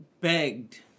begged